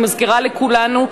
אני מזכירה לכולנו,